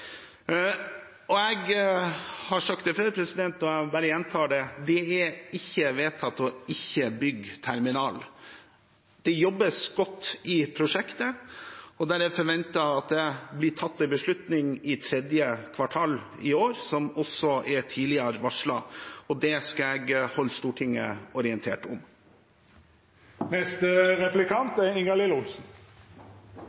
Jeg har sagt det før, og jeg bare gjentar det: Det er ikke vedtatt å ikke bygge terminal. Det jobbes godt i prosjektet, og det er forventet at det blir tatt en beslutning i tredje kvartal i år, som også er varslet tidligere. Det skal jeg holde Stortinget orientert om.